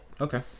Okay